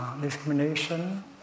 discrimination